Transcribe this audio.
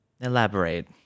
Elaborate